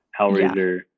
Hellraiser